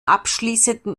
abschließenden